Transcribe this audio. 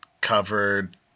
Covered